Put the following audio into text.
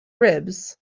ribs